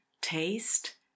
taste